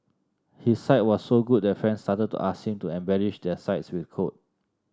his site was so good that friends started to ask him to embellish their sites with code